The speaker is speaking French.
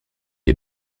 est